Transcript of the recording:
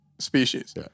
Species